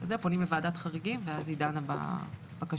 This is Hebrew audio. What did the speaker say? פונים לוועדת חריגים והיא דנה בבקשות.